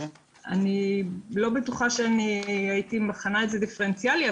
אני לא בטוחה שהייתי מכנה את זה דיפרנציאלי,